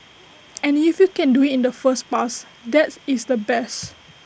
and if you can do IT in the first pass that is the best